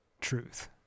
truth